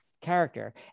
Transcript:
character